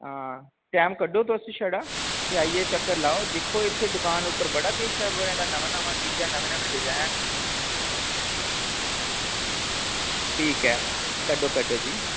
हां टैम कड्ढो तुस छड़ा ते आइयै दिक्खो इत्थै दकान पर बड़ा किश ऐ दिक्खो नमीं नमीं चीज़ां नमें नमें डिजाईन ठीक ऐ कड्ढो कड्ढो जी